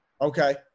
Okay